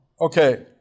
Okay